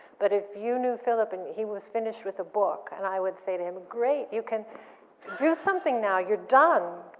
but if you knew philip and he was finished with a book, and i would say to him, great, you can do something now. you're done!